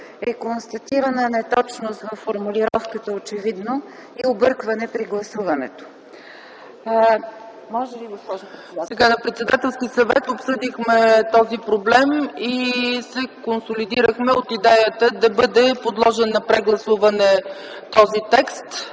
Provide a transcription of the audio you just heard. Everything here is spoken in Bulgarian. е констатирана неточност във формулировката, очевидно, и объркване при гласуването. ПРЕДСЕДАТЕЛ ЦЕЦКА ЦАЧЕВА: На Председателски съвет обсъдихме този проблем и се консолидирахме от идеята да бъде подложен на прегласуване този текст.